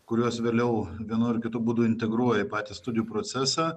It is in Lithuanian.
kuriuos vėliau vienu ar kitu būdu integruoja į patį studijų procesą